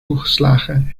toegeslagen